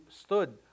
stood